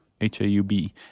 H-A-U-B